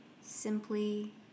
simply